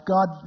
God